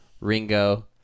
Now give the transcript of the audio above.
Ringo